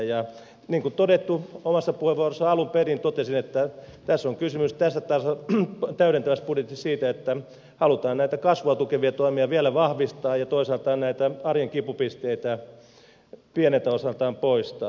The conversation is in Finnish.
niin kuin todettu omassa puheenvuorossani alun perin totesin että tässä täydentävässä budjetissa on kysymys siitä että halutaan kasvua tukevia toimia vielä vahvistaa ja toisaalta arjen kipupisteitä pieneltä osaltaan poistaa